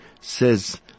Says